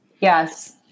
yes